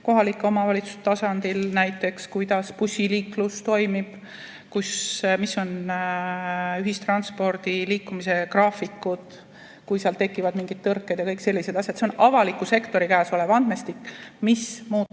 Kohalike omavalitsuste tasandil näiteks, kuidas bussiliiklus toimib, millised on ühistranspordi liikumise graafikud, kas seal tekib mingeid tõrkeid ja kõik sellised asjad. See on avaliku sektori käes olev andmestik, mis muutub